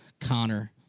Connor